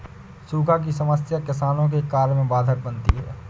सूखा की समस्या किसानों के कार्य में बाधक बनती है